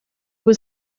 was